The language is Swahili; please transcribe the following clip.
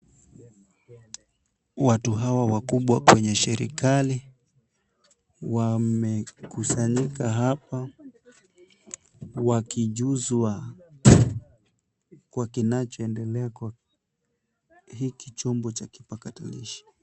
Watu hawa wakubwa kwenye serikali, wamekusanyika hapa wakijuzwa kwa kinachoendelea kwa hiki chombo cha kipakatalishi.